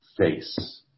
face